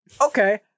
Okay